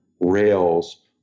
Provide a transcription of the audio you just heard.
Rails